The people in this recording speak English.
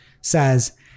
says